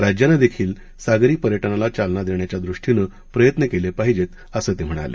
राज्यानंदेखील सागरी पर्यटनाला चालना देण्याच्या दृष्टीनं प्रयत्न केले पाहिजेत असं ते म्हणाले